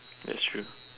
that's true